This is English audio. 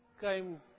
came